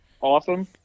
awesome